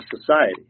society